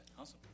Awesome